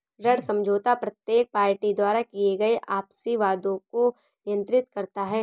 ऋण समझौता प्रत्येक पार्टी द्वारा किए गए आपसी वादों को नियंत्रित करता है